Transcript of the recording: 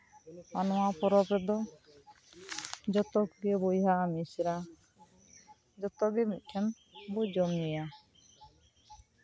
ᱟᱨ ᱱᱚᱣᱟ ᱯᱚᱨᱚᱵᱽ ᱨᱮᱫᱚ ᱡᱚᱛᱚ ᱠᱚᱜᱮ ᱵᱚᱭᱦᱟ ᱢᱤᱥᱨᱟ ᱡᱚᱛᱚ ᱜᱮ ᱢᱤᱫᱴᱷᱮᱱ ᱵᱚᱱ ᱡᱚᱢ ᱧᱩᱭᱟ